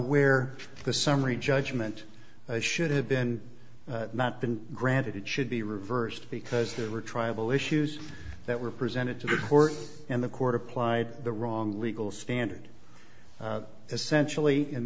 where the summary judgment should have been not been granted it should be reversed because there were tribal issues that were presented to the court and the court applied the wrong legal standard essentially